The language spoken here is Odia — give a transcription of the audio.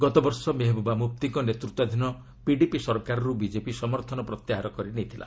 ଗତବର୍ଷ ମେହେବୁବା ମୁଫ୍ତିଙ୍କ ନେତୃତ୍ୱାଧୀନ ପିଡିପି ସରକାରରୁ ବିଜେପି ସମର୍ଥନ ପ୍ରତ୍ୟାହାର କରିନେଇଥିଲା